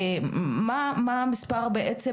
מה המספר בעצם